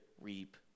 reap